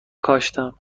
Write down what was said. کاشتم